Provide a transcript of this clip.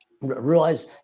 realize